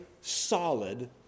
solid